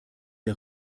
der